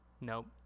Nope